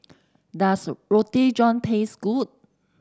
does Roti John taste good